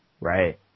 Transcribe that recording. Right